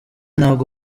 ntabwo